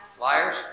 Liars